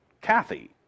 Kathy